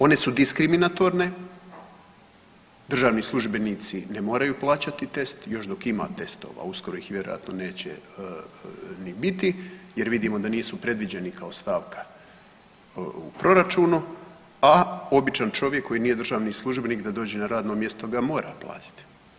One su diskriminatorne, državni službenici ne moraju plaćati test još dok ima testova uskoro ih vjerojatno neće ni biti jer vidimo da nisu predviđeni kao stavka u proračunu, a običan čovjek koji nije državni službenik da dođe na radno mjesto ga mora platiti.